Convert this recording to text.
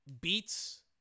beats